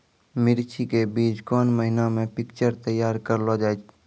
मिर्ची के बीज कौन महीना मे पिक्चर तैयार करऽ लो जा?